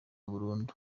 burundu